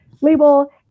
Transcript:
label